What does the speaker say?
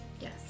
Yes